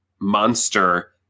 monster